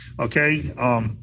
okay